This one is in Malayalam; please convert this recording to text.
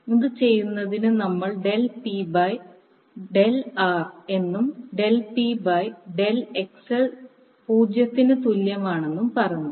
ഇത് ചെയ്യുന്നതിന് നമ്മൾ del P by del R എന്നും del P by del XL 0 ന് തുല്യമാണെന്നും പറഞ്ഞു